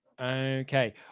okay